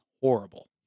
horrible